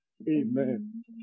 Amen